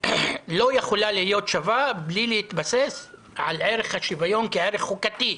לא יכולה להיות שווה בלי להתבסס על ערך השוויון כערך חוקתי.